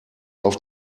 auf